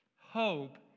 hope